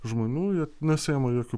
žmonių jie nesiėma jokių